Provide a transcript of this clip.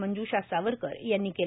मंज्षा सावरकर यांनी केलं